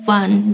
one